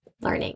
learning